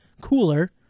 cooler